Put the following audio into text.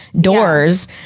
doors